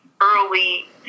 early